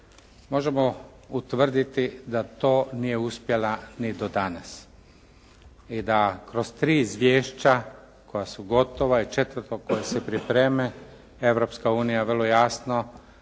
Možemo utvrditi da to nije uspjela ni do danas. I da kroz tri izvješća koja su gotova i četvrto koje se priprema Europska unija vrlo jasno